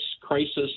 Crisis